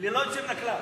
זה לא קשור למינהל.